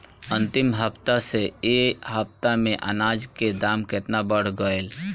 अंतिम हफ्ता से ए हफ्ता मे अनाज के दाम केतना बढ़ गएल?